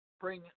bring